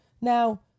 Now